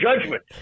judgment